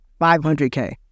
500k